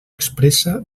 expressa